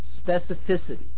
specificity